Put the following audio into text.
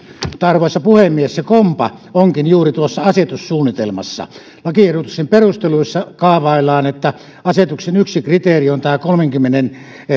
arvoisa puhemies se kompa onkin juuri tuossa asetussuunnitelmassa lakiehdotuksen perusteluissa kaavaillaan että asetuksen yksi kriteeri on kolmenkymmenen